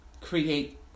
create